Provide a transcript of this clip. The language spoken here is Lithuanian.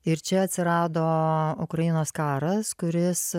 ir čia atsirado ukrainos karas kuris